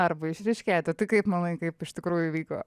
arba išryškėti tai kaip manai kaip iš tikrųjų įvyko